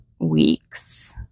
weeks